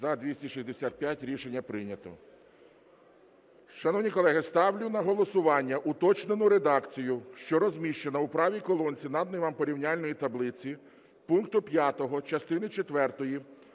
За-265 Рішення прийнято. Шановні колеги, ставлю на голосування уточнену редакцію, що розміщена у правій колонці наданої вам порівняльної таблиці пункту 5 частини